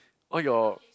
oh your